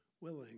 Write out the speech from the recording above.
willing